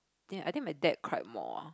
ya I think my dad cried more